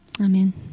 Amen